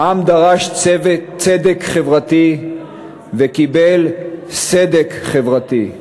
העם דרש צדק חברתי וקיבל סדק חברתי,